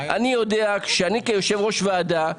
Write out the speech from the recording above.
אני יודע שאני כיושב ראש ועדה,